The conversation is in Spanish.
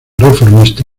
reformista